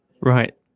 right